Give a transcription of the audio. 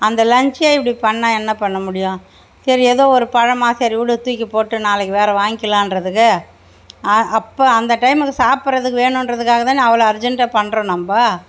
அந்த லன்ச்சே இப்படி பண்ணால் என்ன பண்ண முடியும் சரி ஏதோ ஒரு பழமா சரி விடு தூக்கிப்போட்டு நாளைக்கு வேறே வாங்கிக்கலான்றது ஆ அப்போ அந்த டைமுக்கு சாப்பிட்றதுக்கு வேணுன்றதுக்காக தானே அவ்வளோ அர்ஜென்டாக பண்றோம் நம்ம